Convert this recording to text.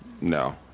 no